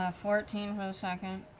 ah fourteen for the second.